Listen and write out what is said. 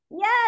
Yes